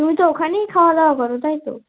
তুমি তো ওখানেই খাওয়া দাওয়া করো তাই তো